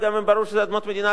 וגם אם ברור שזה אדמות מדינה,